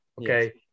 okay